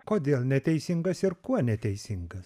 kodėl neteisingas ir kuo neteisingas